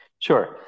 Sure